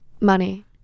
Money